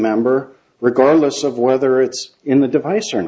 member regardless of whether it's in the device or